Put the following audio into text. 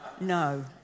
No